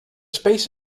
space